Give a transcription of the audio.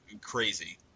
crazy